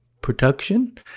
production